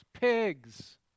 pigs